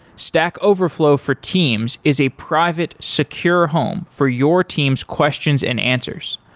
stack overflow for teams is a private, secure home for your team's questions and answers.